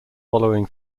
following